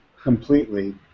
completely